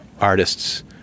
artists